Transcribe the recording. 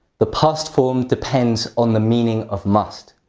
the past form depends on the meaning of must.